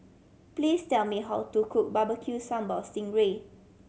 please tell me how to cook Barbecue Sambal sting ray